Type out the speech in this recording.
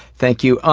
thank you.